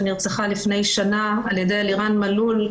שנרצחה לפני שנה על ידי אלירן מלול,